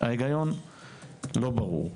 ההיגיון לא ברור.